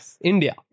India